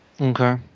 okay